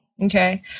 Okay